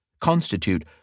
constitute